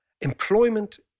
employment